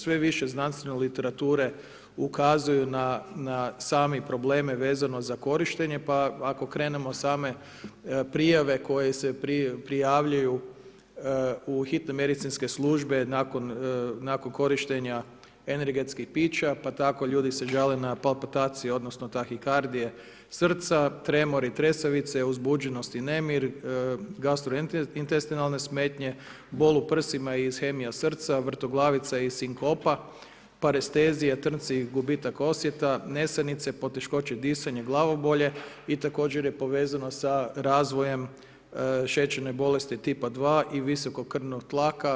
Sve više znanstvene literature ukazuju na same probleme vezano za korištenje, pa ako krenemo od same prijave koje se prijavljuju u hitne medicinske službe nakon korištenja energetskih pića, pa tako se ljudi žale na palpataciju odnosno tahikardije srca, tremor i tresavice, uzbuđenost i nemir, gastrointestinalne smetnje, bol u prsima, ishemija srca, vrtoglavica i sinkopa, parestezija, trnci, gubitak osjeta, nesanice, poteškoće disanja, glavobolje i također je povezano sa razvojem šećerne bolesti tipa 2 i visokog krvnog tlaka.